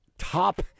top